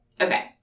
Okay